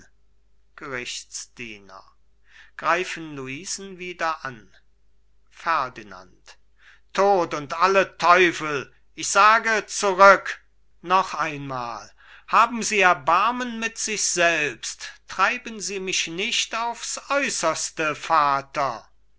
ferdinand tod und alle teufel ich sage zurück noch einmal haben sie erbarmen mit sich selbst treiben sie mich nicht aufs äußerste vater